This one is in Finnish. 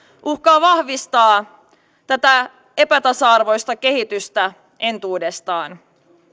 uhkaa vahvistaa tätä epätasa arvoista kehitystä entuudestaan